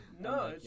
No